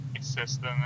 system